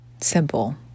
simple